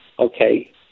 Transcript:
Okay